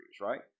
right